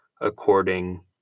according